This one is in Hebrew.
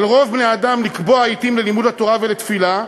על רוב בני-האדם לקבוע עתים ללימוד התורה ולתפילה,